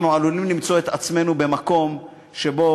אנחנו עלולים למצוא את עצמנו במקום שבו